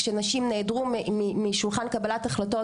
כשנשים נעדרו משולחן קבלת החלטות,